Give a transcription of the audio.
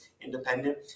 independent